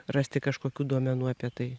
rasti kažkokių duomenų apie tai